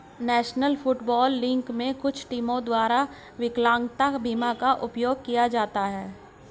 national football league में कुछ टीमों द्वारा विकलांगता बीमा का उपयोग किया जाता है